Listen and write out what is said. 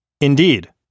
indeed